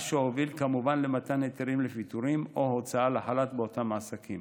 מה שהוביל כמובן למתן היתרים לפיטורים או הוצאה לחל"ת באותם עסקים.